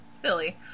silly